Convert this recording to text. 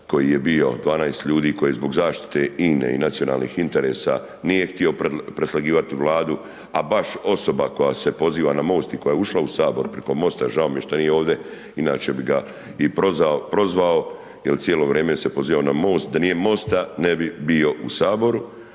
koji je bio, 12 ljudi koji zbog zaštite INA-e i nacionalnih interesa nije htio preslagivati Vladu a baš osoba koja se poziva na MOST i koja je ušla u Sabor preko MOST-a, žao mi je što nije ovdje, inače bi ga i prozvao jer cijelo vrijeme se poziva na MOST, da nije MOST ne bi bio u Saboru.